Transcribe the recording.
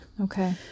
Okay